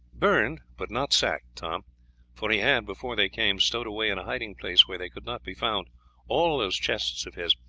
burned, but not sacked, tom for he had, before they came, stowed away in a hiding-place where they could not be found all those chests of his,